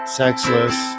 sexless